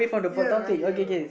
ya man ya man